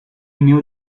knew